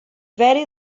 very